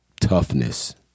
toughness